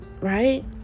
Right